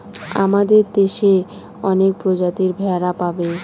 আমাদের দেশে অনেক প্রজাতির ভেড়া পাবে